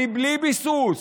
בלי ביסוס,